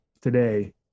today